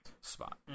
spot